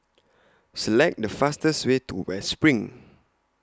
Select The fastest Way to West SPRING